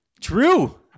True